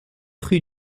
rue